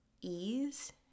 ease